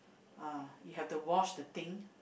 uh you have to wash the things